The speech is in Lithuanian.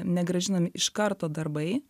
negrąžinami iš karto darbai